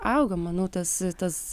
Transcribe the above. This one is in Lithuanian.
auga manau tas tas